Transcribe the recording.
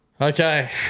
Okay